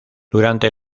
durante